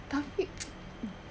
tapi